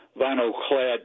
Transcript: vinyl-clad